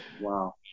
Wow